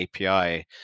api